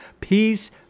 Peace